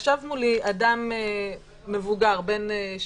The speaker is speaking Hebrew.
ישב מולי אדם מבוגר בן 70,